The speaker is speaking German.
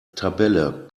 tabelle